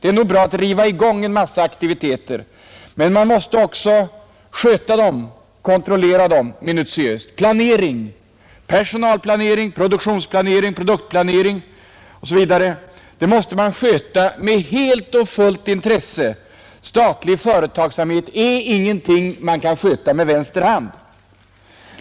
Det är nog bra att riva i gång en massa aktiviteter, men man måste också sköta dem, kontrollera dem minutiöst. Planering — personalplanering, produktionsplanering, produktplanering osv. — måste man sköta med största intresse. Statlig företagsamhet är ingenting som man kan sköta ”med vänster hand”.